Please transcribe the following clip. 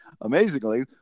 Amazingly